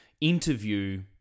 interview